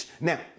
Now